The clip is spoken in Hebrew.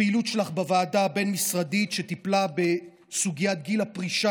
הפעילות שלך בוועדה הבין-משרדית שטיפלה בסוגיית גיל הפרישה